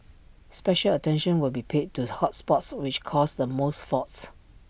special attention will be paid to the hot spots which cause the most faults